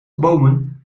bomen